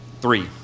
Three